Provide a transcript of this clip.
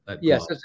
Yes